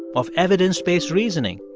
of evidence-based reasoning,